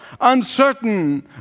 Uncertain